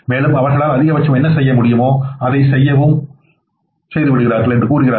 மேலும் அவர்களால் அதிகபட்சம் என்ன செய்ய முடியுமோ அதை செய்வோம் என்றும் கூறுகிறார்கள்